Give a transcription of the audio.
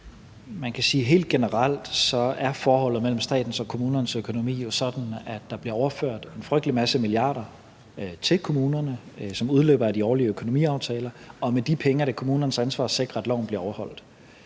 Man kan sige, at helt generelt er forholdet mellem statens og kommunernes økonomi sådan, at der bliver overført en frygtelig masse milliarder til kommunerne, som udspringer af de årlige økonomiaftaler, og med de penge er det kommunernes ansvar at sikre, at loven bliver overholdt.